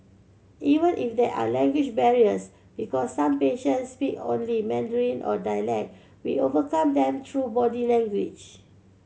even if there are language barriers because some patients speak only Mandarin or dialect we overcome them through body language